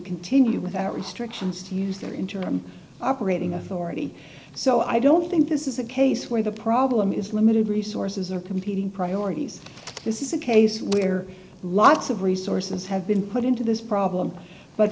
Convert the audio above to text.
continue without restrictions to use their interim operating authority so i don't think this is a case where the problem is limited resources or competing priorities this is a case where lots of resources have been put into this problem but